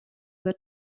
ылар